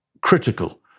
critical